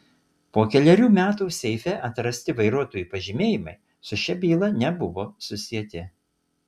po kelerių metų seife atrasti vairuotojų pažymėjimai su šia byla nebuvo susieti